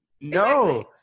No